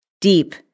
deep